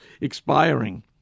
expiring